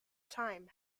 time